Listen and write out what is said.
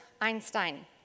Einstein